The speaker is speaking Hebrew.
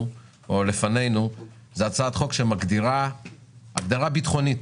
בפנינו מגדירה הגדרה ביטחונית